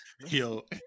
Yo